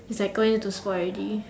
it's like going to spoil already